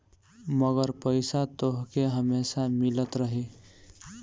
मगर पईसा तोहके हमेसा मिलत रही